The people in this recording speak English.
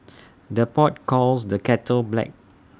the pot calls the kettle black